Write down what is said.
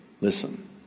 listen